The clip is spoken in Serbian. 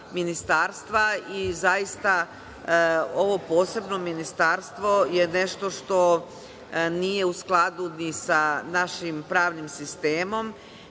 ovo posebno ministarstvo je nešto što nije u skladu ni sa našim pravnim sistemom,